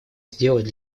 сделать